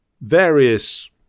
various